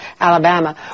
Alabama